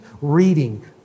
reading